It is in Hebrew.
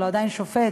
אבל הוא עדיין שופט